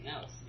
else